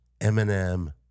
Eminem